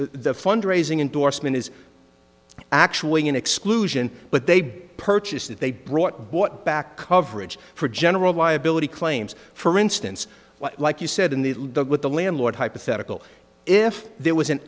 the fund raising indorsement is actually an exclusion but they purchased it they brought bought back coverage for general liability claims for instance like you said in the dog with the landlord hypothetical if there was an